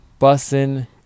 Bussin